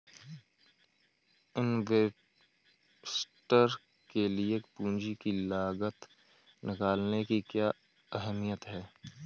Investor के लिए पूंजी की लागत निकालने की क्या अहमियत है?